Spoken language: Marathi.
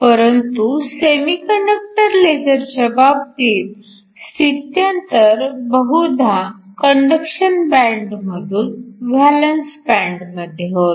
परंतु सेमीकंडक्टर लेझरच्या बाबतीत स्थित्यंतर बहुधा कंडक्शन बँड मधून व्हॅलन्स बँड मध्ये होते